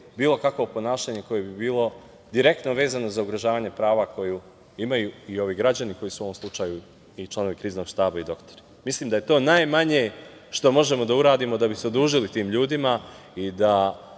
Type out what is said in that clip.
bilo kakvo ponašanje koje bi bilo direktno vezano za ugrožavanje prava koja imaju i ovi građani koji su u ovom slučaju i članovi Kriznog štaba i doktori. Mislim da je to najmanje što možemo da uradimo da bi se odužili tim ljudima i da